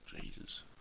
Jesus